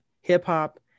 hip-hop